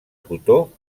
cotó